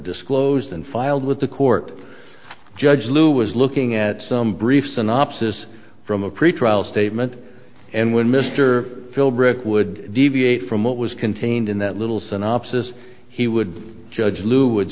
disclosed and filed with the court judge lou was looking at some brief synopsis from a pretrial statement and when mr philbrick would deviate from what was contained in that little synopsis he would judge l